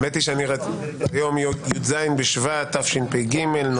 היום י"ז בשבט תשפ"ג -- מה התאריך הלועזי?